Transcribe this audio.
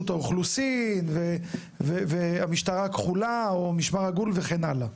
האוכלוסין והמשטרה הכחולה או משמר הגבול וכן הלאה.